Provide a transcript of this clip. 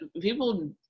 people